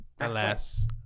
alas